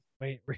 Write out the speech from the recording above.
wait